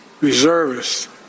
Reservists